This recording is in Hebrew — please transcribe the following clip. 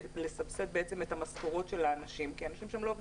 כדי לסבסד את המשכורות של האנשים כי אנשים שם לא עובדים,